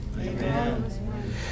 Amen